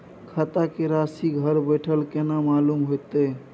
खाता के राशि घर बेठल केना मालूम होते?